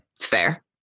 fair